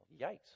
yikes